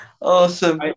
Awesome